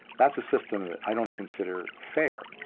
that's a system that i don't consider fair.